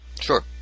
Sure